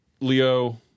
Leo